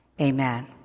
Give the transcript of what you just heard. Amen